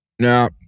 Now